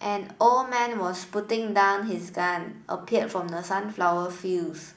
an old man was putting down his gun appeared from the sunflower fields